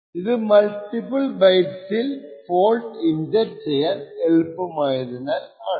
ഇത് മൾട്ടിപ്പിൾ ബൈറ്റ്സിൽ fault inject ചെയ്യാൻ എളുപ്പമായതിനാൽ ആണ്